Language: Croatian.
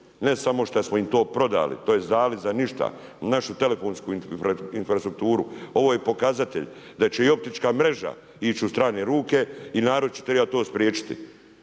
Ne samo šta smo im to prodali, tj. dali za ništa, našu telefonsku infrastrukturu, ovo je i pokazatelj da će i optička mreža ići u strane ruke i narod će trebati to spriječiti.